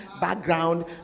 background